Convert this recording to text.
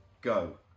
Go